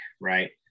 right